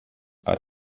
are